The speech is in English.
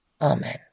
Amen